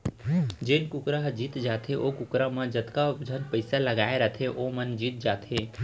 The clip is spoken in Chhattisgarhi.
जेन कुकरा ह जीत जाथे ओ कुकरा म जतका झन पइसा लगाए रथें वो मन जीत जाथें